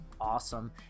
awesome